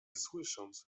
słysząc